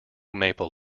maple